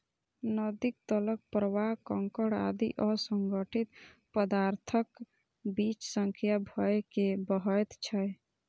नदीक तलक प्रवाह कंकड़ आदि असंगठित पदार्थक बीच सं भए के बहैत छै